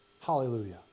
Hallelujah